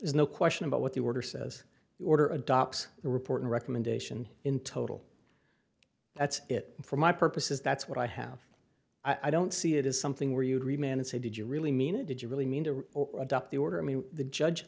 no question about what the order says order a doc's report and recommendation in total that's it for my purposes that's what i have i don't see it as something where you dream and say did you really mean it did you really mean to adopt the order i mean the judge